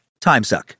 TimeSuck